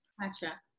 Gotcha